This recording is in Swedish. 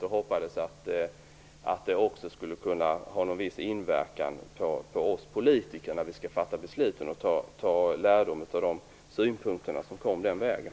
Jag hoppades att förslaget skulle kunna ha en viss inverkan på oss politiker när vi fattar besluten och att vi skulle dra lärdom av de synpunkter som kom den vägen.